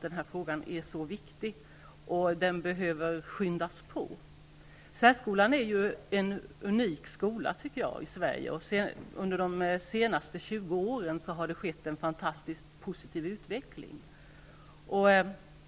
Den här frågan är mycket viktig och den behöver påskyndas. Särskolan är en unik skola i Sverige, och under de senaste 20 åren har en fantastisk positiv utveckling skett.